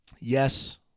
yes